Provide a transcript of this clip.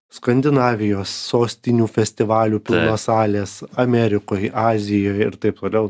skandinavijos sostinių festivalių pilnos salės amerikoj azijoj ir taip toliau